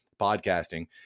podcasting